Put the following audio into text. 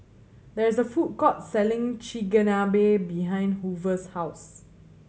there is a food court selling Chigenabe behind Hoover's house